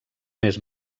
més